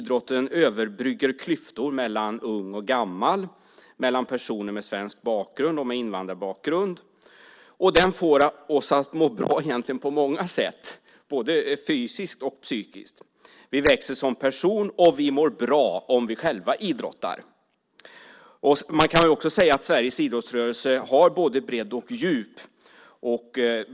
Den överbryggar klyftor mellan ung och gammal, mellan personer med svensk bakgrund och invandrarbakgrund och den får oss att må bra både fysiskt och psykiskt. Vi växer som personer, och vi mår bra om vi själva idrottar. Man kan också säga att Sveriges idrottsrörelse har både bredd och djup.